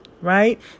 right